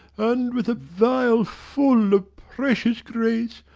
and, with a vial full of precious grace,